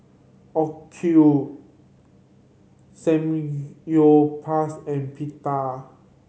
Samgyeopsal and Pita